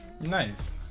Nice